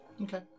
Okay